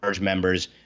members